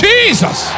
Jesus